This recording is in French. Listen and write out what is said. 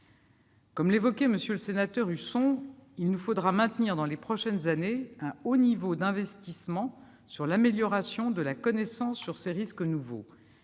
Comme l'évoquait M. Husson, il nous faudra maintenir, dans les prochaines années, un haut niveau d'investissement en faveur de l'amélioration de la connaissance sur ces risques nouveaux.